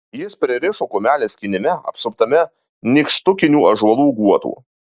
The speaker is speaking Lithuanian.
jis pririšo kumelę skynime apsuptame nykštukinių ąžuolų guotų